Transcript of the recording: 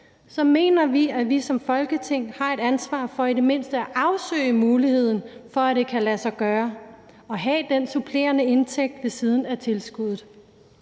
så mener vi, at vi som Folketing har et ansvar for i det mindste at afsøge muligheden for, at det kan lade sig gøre at have den supplerende indtægt ved siden af tilskuddet,